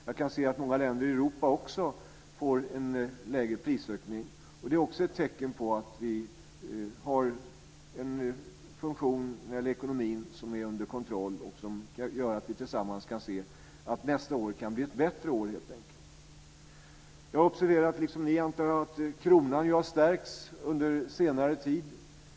Jag kan se att många andra länder i Europa också får en lägre prisökning. Det är ett tecken på att vi har en funktion när det gäller ekonomin som är under kontroll och som gör att vi kan se att nästa år kan bli ett bättre år helt enkelt. Jag har också observerat att kronan har stärkts under senare tid.